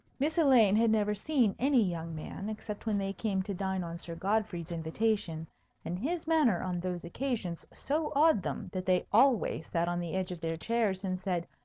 miss elaine had never seen any young men except when they came to dine on sir godfrey's invitation and his manner on those occasions so awed them that they always sat on the edge of their chairs, and said,